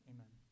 Amen